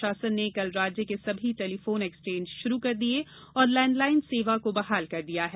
प्रशासन ने कल राज्य के सभी टेलीफोन एक्सचेंज शुरू कर दिये और लैंडलाइन सेवा को बहाल कर दिया है